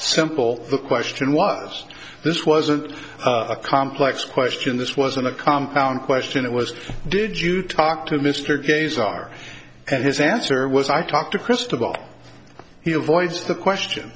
simple the question was this wasn't a complex question this wasn't a compound question it was did you talk to mr gays are and his answer was i talked to crystal